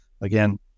again